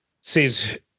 says